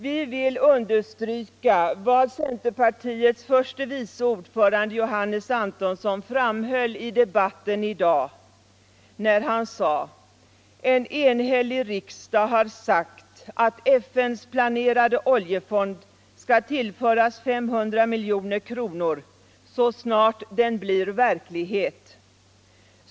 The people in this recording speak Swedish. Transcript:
Vi vill understryka vad centerpartiets förste vice ordförande Johannes Antonsson framhöll i debatten i dag när han sade: ”En enhällig riksdag har sagt att FN:s planerade oljefond skall tillföras 500 miljoner kronor så snart den blir verklighet.